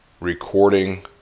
recording